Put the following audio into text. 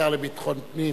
לשר לביטחון פנים,